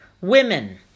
Women